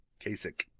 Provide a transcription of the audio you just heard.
Kasich